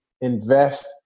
invest